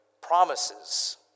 promises